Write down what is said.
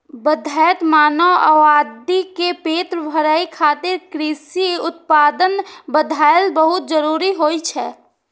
बढ़ैत मानव आबादी के पेट भरै खातिर कृषि उत्पादन बढ़ाएब बहुत जरूरी होइ छै